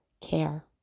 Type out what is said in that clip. care